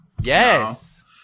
Yes